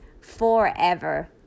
forever